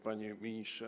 Panie Ministrze!